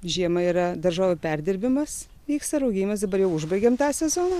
žiemą yra daržovių perdirbimas vyksta rūgimas dabar jau užbaigėm tą sezoną